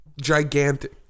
gigantic